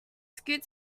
scoot